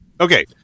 Okay